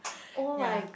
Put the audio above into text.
yeah